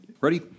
Ready